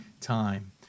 time